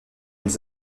ils